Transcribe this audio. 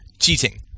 cheating